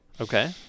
Okay